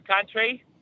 Country